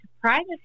private